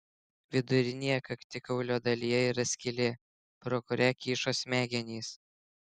vidurinėje kaktikaulio dalyje yra skylė pro kurią kyšo smegenys